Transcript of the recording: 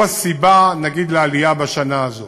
הוא הסיבה, נגיד, לעלייה בשנה הזאת.